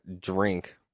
drink